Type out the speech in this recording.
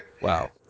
Wow